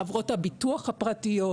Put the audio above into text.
חברות הביטוח הפרטיות,